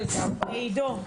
עידו,